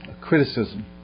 criticism